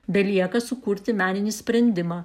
belieka sukurti meninį sprendimą